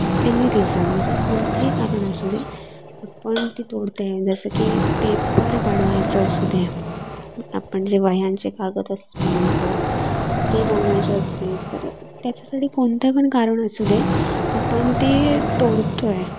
any reason म्हणजे कोणतंही कारण असू दे आपण ती तोडतो आहे जसं की पेपर बनवायचं असू द्या आपण जे वह्यांचे कागद असे बनवतो ते बनवायचे असू दे तर त्याच्यासाठी कोणते पण कारण असू दे आपण ते तोडतो आहे